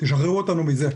תשחררו אותנו מזה.